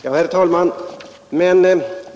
Herr talman!